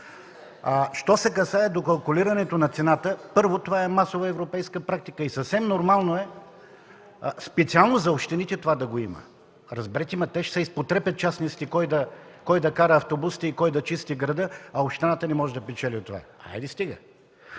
Що се касае до калкулирането на цената, първо, това е масова европейска практика. Съвсем нормално е специално за общините това да го има. Разберете ме, частниците ще се изпотрепят кой да кара автобусите и кой да чисти града, а общината не може да печели от това. Хайде, стига!